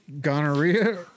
gonorrhea